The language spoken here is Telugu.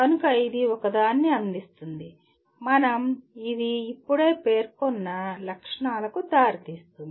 కనుక ఇది ఒకదాన్ని అందిస్తుంది ఇది మనం ఇప్పుడే పేర్కొన్న లక్షణాలకు దారి తీస్తుంది